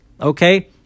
Okay